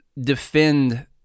defend